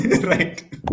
right